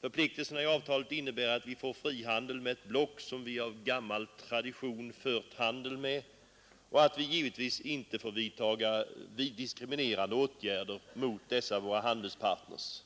Förpliktelserna i avtalet innebär att vi får frihandel med ett block som vi av gammal tradition fört handel med och att vi givetvis inte får vidtaga diskriminerande åtgärder mot dessa våra handelspartners.